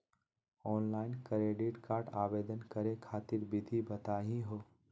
Online credit card आवेदन करे खातिर विधि बताही हो?